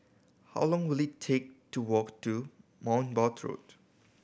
how long will it take to walk to Bournemouth Road